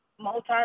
multi